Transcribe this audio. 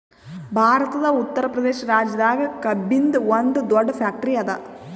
ಭಾರತದ್ ಉತ್ತರ್ ಪ್ರದೇಶ್ ರಾಜ್ಯದಾಗ್ ಕಬ್ಬಿನ್ದ್ ಒಂದ್ ದೊಡ್ಡ್ ಫ್ಯಾಕ್ಟರಿ ಅದಾ